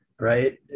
Right